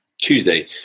Tuesday